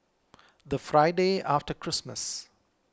the Friday after Christmas